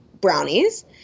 brownies